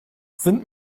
sind